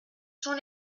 sont